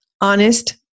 honest